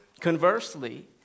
Conversely